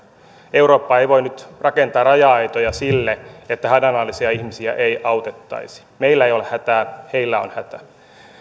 eurooppa ei voi nyt rakentaa raja aitoja niin että hädänalaisia ihmisiä ei autettaisi meillä ei ole hätää heillä on hätä